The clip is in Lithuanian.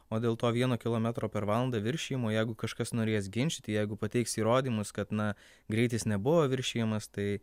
o dėl to vieno kilometro per valandą viršijimo jeigu kažkas norės ginčyti jeigu pateiks įrodymus kad na greitis nebuvo viršijamas tai